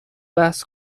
بحث